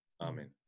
Amen